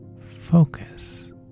focus